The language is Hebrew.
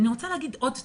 אני רוצה לתת עוד ציטוט,